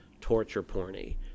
torture-porny